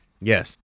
Yes